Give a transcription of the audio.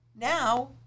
Now